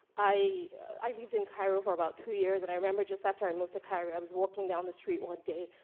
i i lived in cairo for about two years and i remember just after i moved to cairo, i was walking down the street one day.